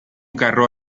carro